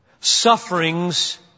sufferings